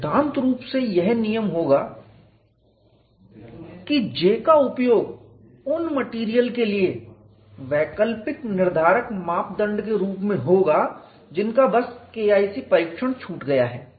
सिद्धांत रूप से यह नियम होगा कि J का उपयोग उन मटेरियल के लिए वैकल्पिक निर्धारक मापदंड के रूप में होगा जिनका बस KIC परीक्षण छूट गया है